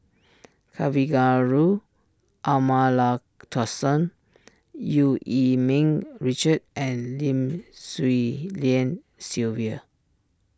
Kavignareru Amallathasan Eu Yee Ming Richard and Lim Swee Lian Sylvia